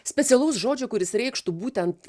specialaus žodžio kuris reikštų būtent